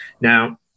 now